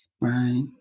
Right